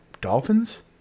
dolphins